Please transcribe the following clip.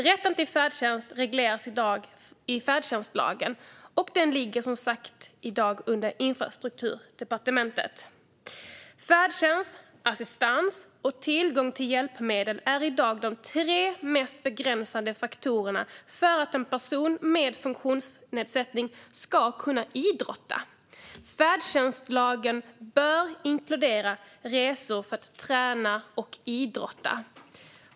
Rätten till färdtjänst regleras i dag i färdtjänstlagen, och den ligger som sagt numera under Infrastrukturdepartementet. Färdtjänst, assistans och tillgång till hjälpmedel är i dag de tre mest begränsande faktorerna för att en person med funktionsnedsättning ska kunna idrotta. Färdtjänstlagen bör inkludera resor för att man ska kunna träna och idrotta.